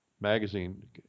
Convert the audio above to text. magazine